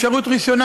אפשרות ראשונה,